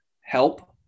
help